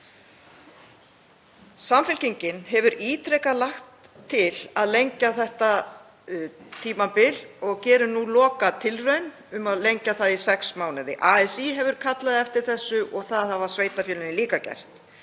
Samfylkingin hefur ítrekað lagt til að lengja þetta tímabil og gerir nú lokatilraun til að lengja það í sex mánuði. ASÍ hefur kallað eftir því og það hafa sveitarfélögin líka gert.